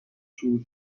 شروع